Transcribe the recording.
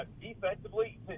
defensively